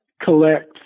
collect